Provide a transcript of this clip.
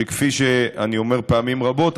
שכפי שאני אומר פעמים רבות,